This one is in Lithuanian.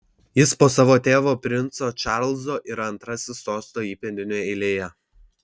jis po savo tėvo princo čarlzo yra antrasis sosto įpėdinių eilėje